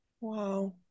wow